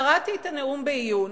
קראתי את הנאום בעיון,